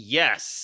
yes